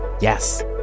yes